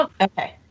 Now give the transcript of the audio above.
okay